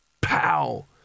Pow